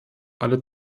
alle